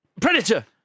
Predator